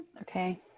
Okay